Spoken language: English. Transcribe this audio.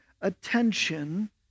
attention